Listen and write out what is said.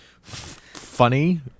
funny